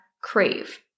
crave